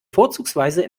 vorzugsweise